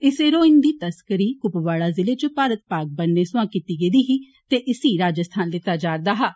इस हैरोईन दी तस्करी कुपवाड़ा जिले च भारत पाक बन्ने सोया कीती गेदी ही ते इसगी राजस्थान लैता जारदा हा